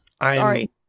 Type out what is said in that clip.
Sorry